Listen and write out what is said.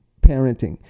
parenting